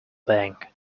bang